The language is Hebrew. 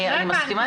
אני מסכימה איתך.